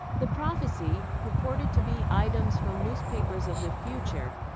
the prophecy purported to be items from newspapers of the future,